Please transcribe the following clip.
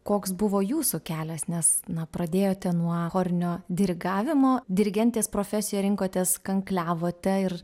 koks buvo jūsų kelias nes na pradėjote nuo chorinio dirigavimo dirigentės profesiją rinkotės kankliavote ir